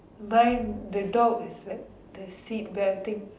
mine the dog is like the seatbelting